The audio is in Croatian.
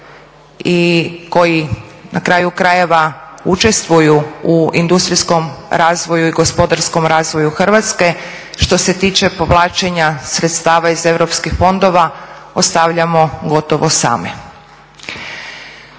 i koji na kraju krajeva učestvuju u industrijskom razvoju i gospodarskom razvoju Hrvatske što se tiče povlačenja sredstava iz Europskih fondova ostavljamo gotovo same.